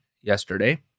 yesterday